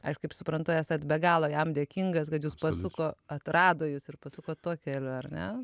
aš kaip suprantu esat be galo jam dėkingas kad jus pasuko atrado jus ir pasuko tuo keliu ar ne